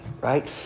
right